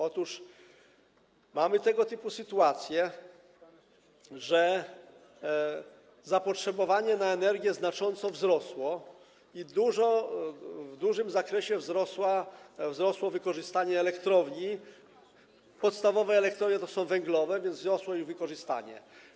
Otóż mamy tego typu sytuację, że zapotrzebowanie na energię znacząco wzrosło i w dużym zakresie wzrosło wykorzystanie elektrowni - podstawowe elektrownie to są elektrownie węglowe - więc wzrosło ich wykorzystanie.